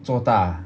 做大